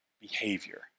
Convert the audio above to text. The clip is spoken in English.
behavior